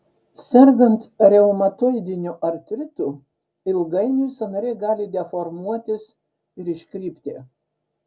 sergant reumatoidiniu artritu ilgainiui sąnariai gali deformuotis ir iškrypti